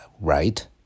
Right